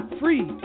free